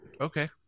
Okay